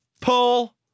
pull